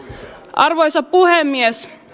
arvoisa puhemies